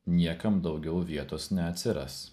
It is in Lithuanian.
niekam daugiau vietos neatsiras